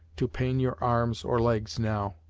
to pain your arms, or legs, now.